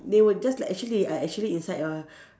they would just like actually uh actually inside uh